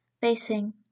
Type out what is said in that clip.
facing